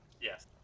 Yes